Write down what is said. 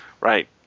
Right